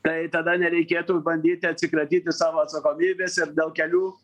tai tada nereikėtų bandyti atsikratyti savo atsakomybės ir dėl kelių